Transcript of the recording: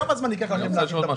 כמה זמן ייקח לכן להכין תבחינים?